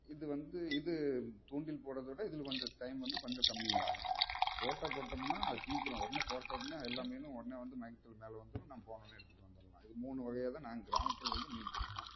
இது வந்து இது தூண்டில் போட்டதோட இதில் கொஞ்சம் டைம் வந்து கொஞ்சம் கம்மியாகும் தோட்டா போட்டோம்னால் அது சீக்கிரம் உடனே போட்டவொடனே எல்லா மீனும் உடனே வந்து மயக்கத்தில் மேலே வந்துவிடும் நாம போனவொடனே எடுத்துகிட்டு வந்துரலாம் இது மூணு வகையில் தான் நாங்கள் கிராமத்தில் வந்து மீன் பிடிப்போம்